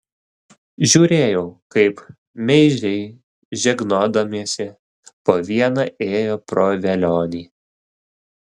žiūrėjau kaip meižiai žegnodamiesi po vieną ėjo pro velionį